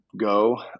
go